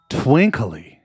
twinkly